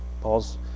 Paul's